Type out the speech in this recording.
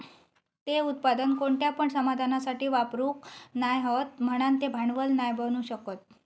ते उत्पादन कोणत्या पण साधनासाठी वापरूक नाय हत म्हणान ते भांडवल नाय बनू शकत